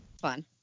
fun